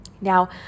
Now